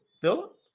Philip